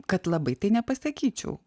kad labai tai nepasakyčiau